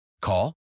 Call